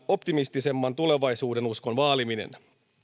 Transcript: optimistisemman tulevaisuudenuskon vaaliminen